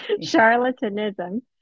charlatanism